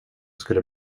skulle